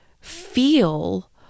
feel